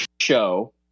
show